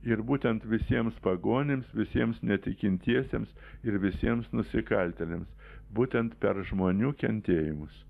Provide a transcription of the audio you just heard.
ir būtent visiems pagonims visiems netikintiesiems ir visiems nusikaltėliams būtent per žmonių kentėjimus